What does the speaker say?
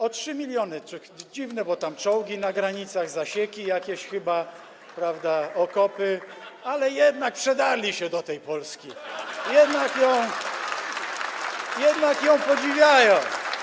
O 3 mln. Dziwne, bo tam czołgi na granicach, zasieki jakieś chyba, prawda, okopy, ale jednak przedarli się do tej Polski, [[Wesołość na sali, oklaski]] jednak ją podziwiają.